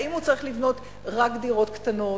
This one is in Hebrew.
האם הוא צריך לבנות רק דירות קטנות?